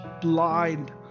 blind